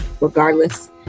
regardless